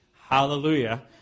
hallelujah